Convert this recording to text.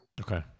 Okay